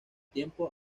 tiempo